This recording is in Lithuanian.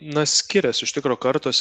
na skirias iš tikro kartos